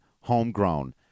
homegrown